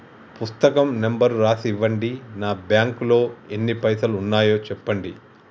పుస్తకం నెంబరు రాసి ఇవ్వండి? నా బ్యాంకు లో ఎన్ని పైసలు ఉన్నాయో చెప్పండి?